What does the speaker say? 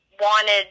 wanted